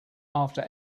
after